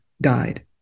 died